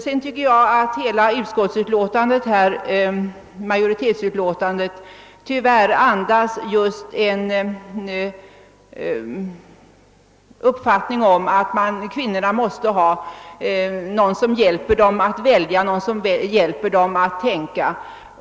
Jag tycker att utskottsmajoritetens hela skrivning tyvärr andas just en uppfattning att kvinnorna måste ha någon som hjälper dem att välja, någon som hjälper dem att tänka.